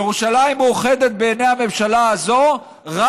ירושלים מאוחדת בעיני הממשלה הזאת רק